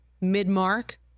mid-mark